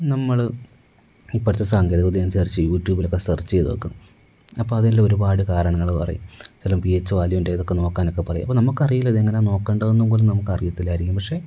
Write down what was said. നമ്മൾ ഇപ്പോഴത്തെ സാങ്കേതികവിദ്യ അനുസരിച്ച് യൂറ്റൂബിലൊക്കെ സെർച്ച് ചെയ്ത് നോക്കും അപ്പോൾ അതിൽ ഒരുപാട് കാരണങ്ങൾ പറയും ചില പി എച്ച് വാല്യൂൻ്റെ ഇതൊക്കെ നോക്കാനൊക്കെ പറയും അപ്പോൾ നമുക്ക് അറിയില്ല ഇത് എങ്ങനെയാ നോക്കേണ്ടത് എന്ന് പോലും നമുക്ക് അറിയത്തില്ലായിരിക്കും പക്ഷെ